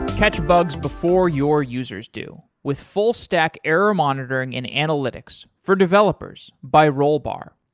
catch bugs before your users do with full stack error monitoring in analytics, for developers, by rollbar.